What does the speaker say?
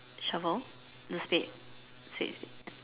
shovel the spade spade spade